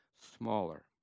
smaller